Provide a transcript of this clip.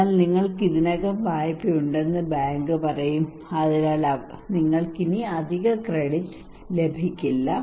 അതിനാൽ നിങ്ങൾക്ക് ഇതിനകം വായ്പയുണ്ടെന്ന് ബാങ്ക് പറയും അതിനാൽ നിങ്ങൾക്ക് ഇപ്പോൾ അധിക ക്രെഡിറ്റ് ലഭിക്കില്ല